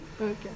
Okay